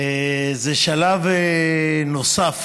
זה שלב נוסף